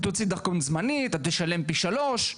אתה תוציא דרכון זמני, אתה תשלם פי שלושה.